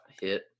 hit